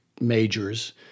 majors